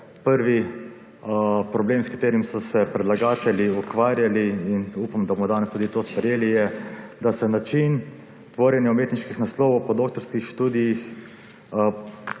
Prvi problem s katerim so se predlagatelji ukvarjali in upam, da bomo danes to tudi sprejeli je, da se način tvorjenja umetniških naslovov po doktorskih študijih